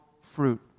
fruit